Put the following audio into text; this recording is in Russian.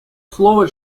слово